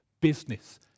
business